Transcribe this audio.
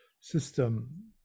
system